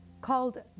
called